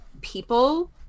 people